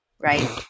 right